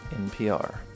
NPR